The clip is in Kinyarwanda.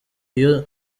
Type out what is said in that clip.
iyo